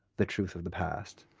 the truth of the past?